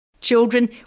Children